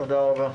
תודה רבה.